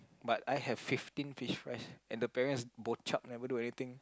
but I have fifteen fish fries and the parents bochap never do anything